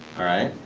alright,